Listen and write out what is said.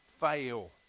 fail